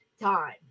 time